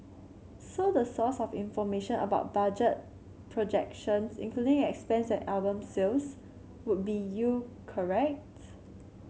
so the source of information about budget projections including expense and album sales would be you correct